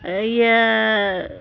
ᱤᱭᱟᱹ